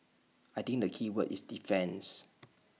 I think the keyword is defence